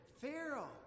Pharaoh